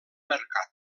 mercat